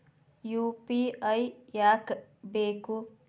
UPI ಯಾಕ್ ಬೇಕು?